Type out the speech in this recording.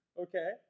Okay